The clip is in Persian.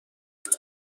تلفظ